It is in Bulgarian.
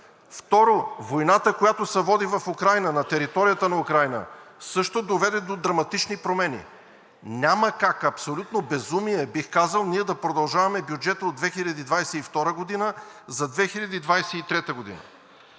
Трето, войната, която се води на територията на Украйна, също доведе до драматични промени. Няма как, абсолютно безумие е, бих казал, ние да продължаваме бюджета от 2022 г. за 2023 г.